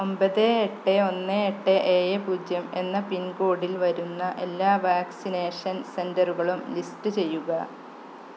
ഒമ്പത് എട്ട് ഒന്ന് എട്ട് ഏഴ് പൂജ്യം എന്ന പിൻകോഡിൽ വരുന്ന എല്ലാ വാക്സിനേഷൻ സെന്ററുകളും ലിസ്റ്റ് ചെയ്യുക